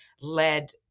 led